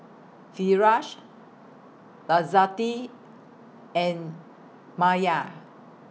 Firash Izzati and Maya